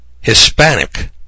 Hispanic